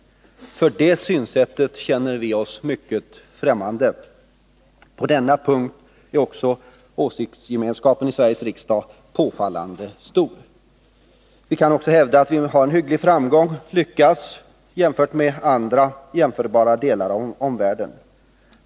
Det synsättet känner vi oss mycket främmande för. På denna punkt är åsiktsgemenskapen i Sveriges riksdag påfallande stor. Vi kan också hävda att vi haft hygglig framgång jämfört med delar av omvärlden.